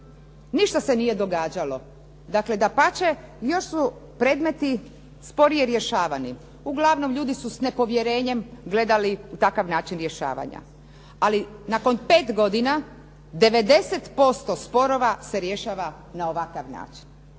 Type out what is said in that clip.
ništa se nije događalo, dakle, dapače još su predmeti sporije rješavani. Uglavnom ljudi su sa nepovjerenjem gledali u takav način rješavanja. Ali nakon pet godina 90% sporova se rješava na ovakav način.